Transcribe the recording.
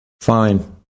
Fine